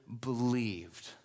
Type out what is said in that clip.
believed